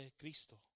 Cristo